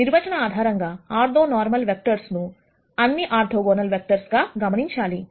నిర్వచన ఆధారంగా orthonormal vectors లు అన్ని ఆర్థోగోనల్ వెక్టర్స్ గా గమనించాలి